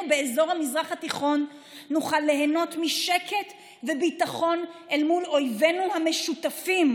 באזור המזרח התיכון נוכל ליהנות משקט וביטחון אל מול אויבינו המשותפים.